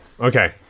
okay